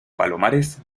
palomares